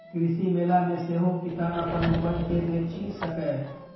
कृषि मेला मे सेहो किसान अपन उपज कें बेचि सकैए